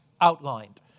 outlined